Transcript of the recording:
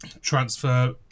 transfer